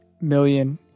million